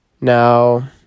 Now